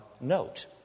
note